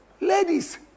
ladies